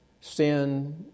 sin